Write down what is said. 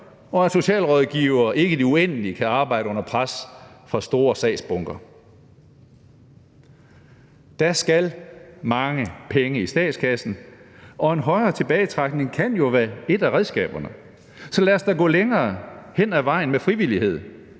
og at socialrådgivere ikke i det uendelige kan arbejde under pres fra store sagsbunker. Der skal mange penge i statskassen, og en højere tilbagetrækningsalder kan jo være et af redskaberne. Så lad os da gå længere hen ad vejen med frivillighed,